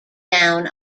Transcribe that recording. down